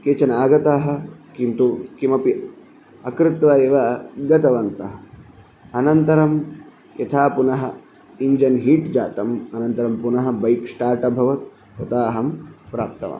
केचन आगताः किन्तु किमपि अकृत्वा एव गतवन्तः अनन्तरं यथा पुनः इञ्जन् हीट् जातम् अनन्तरं पुनः बैक् स्टार्ट् अभवत् तता अहं प्राप्तवान्